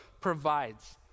provides